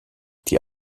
die